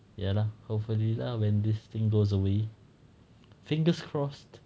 ya lah hopefully lah when this thing goes away fingers crossed